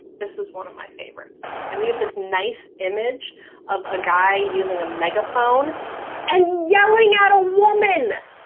this is one of my favorites. and we have this nice image of a guy using a megaphone and yelling at a woman.